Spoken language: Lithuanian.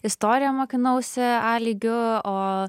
istoriją mokinausi a lygiu o